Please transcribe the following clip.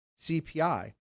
CPI